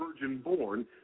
virgin-born